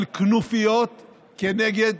של כנופיות כנגד